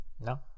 No